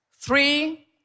Three